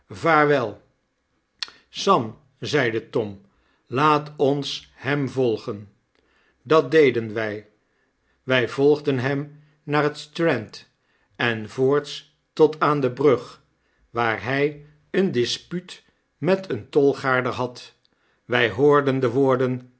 vaartwel sam zeide tom laat ons hem volgen dat deden wy wij volgden hem naar het strand en voorts tot aan de brug waar hij een dispuut met den tolgaarder had wy hoorden de woorden